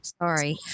sorry